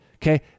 Okay